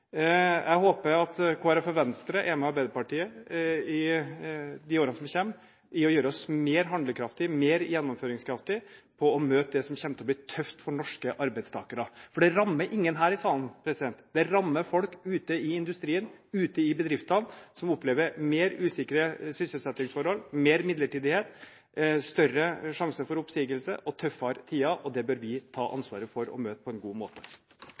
Jeg håper at Kristelig Folkeparti og Venstre er med Arbeiderpartiet i de årene som kommer, i å gjøre oss mer handlekraftig, mer gjennomføringskraftig på å møte det som kommer til å bli tøft for norske arbeidstakere. Det rammer ingen her i salen, det rammer folk ute i industrien, ute i bedriftene, som opplever mer usikre sysselsettingsforhold, mer midlertidighet, større sjanse for oppsigelser og tøffere tider, og det bør vi ta ansvaret for og møte på en god måte.